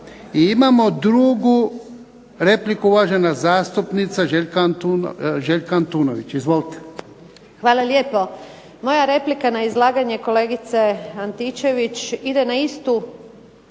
I imamo drugu repliku, uvažena zastupnica Željka Antunović. Izvolite. **Antunović, Željka (SDP)** Hvala lijepo. Moja replika na izlaganje kolegice Antičević ide na istu